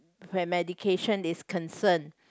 where medication is concern